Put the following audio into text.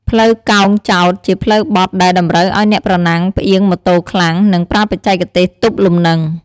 ផ្លូវកោងចោត ជាផ្លូវបត់ដែលតម្រូវឲ្យអ្នកប្រណាំងផ្អៀងម៉ូតូខ្លាំង និងប្រើបច្ចេកទេសទប់លំនឹង។